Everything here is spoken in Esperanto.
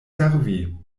servi